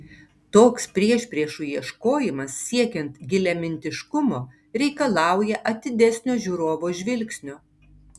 toks priešpriešų ieškojimas siekiant giliamintiškumo reikalauja atidesnio žiūrovo žvilgsnio